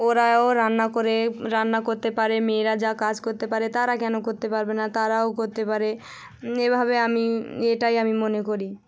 ওরাও রান্না করে রান্না করতে পারে মেয়েরা যা কাজ করতে পারে তারা কেন করতে পারবে না তারাও করতে পারে এভাবে আমি এটাই আমি মনে করি